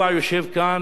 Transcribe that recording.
יושב-ראש